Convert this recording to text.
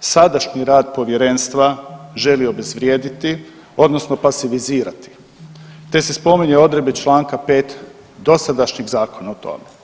sadašnji rad povjerenstva želi obezvrijediti odnosno pasivizirati te se spominju odredbe Članka 5. dosadašnjeg zakona o tome.